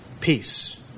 peace